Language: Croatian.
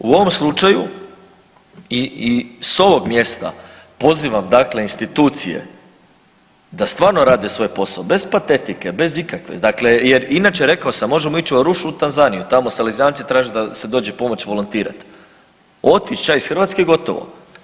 U ovom slučaju i s ovog mjesta pozivam institucije da stvarno rade svoj posao, bez patetike, bez ikakve dakle jer inače rekao sam možemo ići u Arušu u Tanzaniju, tamo Salezijanci traže da se dođe pomoć volontirat, otić ća ih Hrvatske i gotovo.